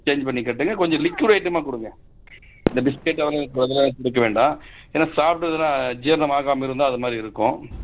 change பண்ணி கட்டுங்கள் கொஞ்சம் லிக்யூட் ஐட்டமாக கொடுங்க இந்த பிஸ்கெட்டு அதெலாம் இப்போ அதெலாம் எதுவும் கொடுக்க வேண்டாம் ஏனால் சாப்பிட்டதுனா ஜீரணம் ஆகாமல் இருந்தால் அது மாதிரி இருக்கும்